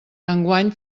enguany